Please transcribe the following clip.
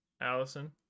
Allison